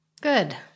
Good